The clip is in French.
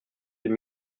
deux